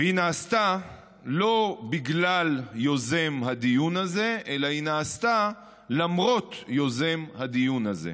והיא נעשתה לא בגלל יוזם הדיון הזה אלא היא נעשתה למרות יוזם הדיון הזה.